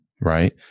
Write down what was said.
right